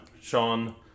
Sean